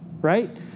right